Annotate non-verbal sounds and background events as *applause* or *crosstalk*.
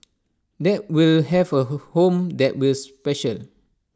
that will have A *unintelligible* home that will special